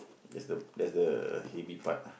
there's the there's the heavy part